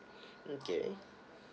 okay